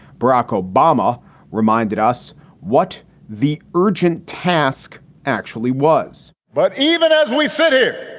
barack obama reminded us what the urgent task actually was but even as we sit here,